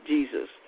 Jesus